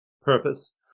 purpose